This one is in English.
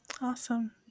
Awesome